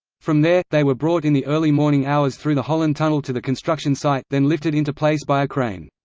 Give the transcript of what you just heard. from there, they were brought in the early morning hours through the holland tunnel to the construction site, then lifted into place by a crane.